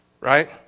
Right